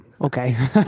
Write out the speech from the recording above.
Okay